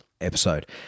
episode